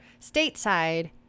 stateside